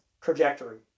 trajectory